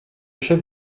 chef